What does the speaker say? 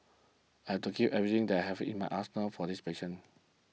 I had to give everything that I have in my arsenal for these patients